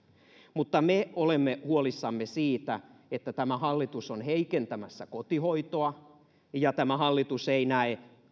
mutta me olemme huolissamme siitä että tämä hallitus on heikentämässä kotihoitoa ja tämä hallitus ei näe